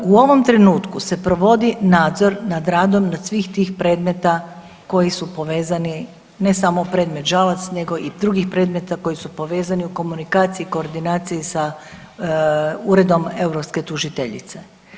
U ovom trenutku se provodi nadzor nad radom svih tih predmeta koji su povezani ne samo predmet Žalac, nego i drugih predmeta koji su povezani u komunikaciji, koordinaciji sa Uredom europske tužiteljice.